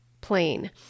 plane